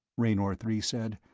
raynor three said,